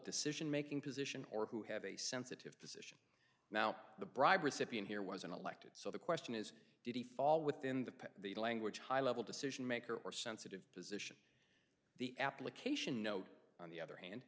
decision making position or who have a sensitive because now the bribe recipient here wasn't elected so the question is did he fall within the the language high level decision maker or sensitive position the application no on the other hand